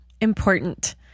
important